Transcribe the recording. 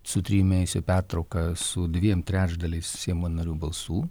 su trijų mėnesių pertrauka su dviem trečdaliais seimo narių balsų